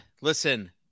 Listen